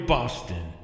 Boston